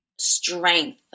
strength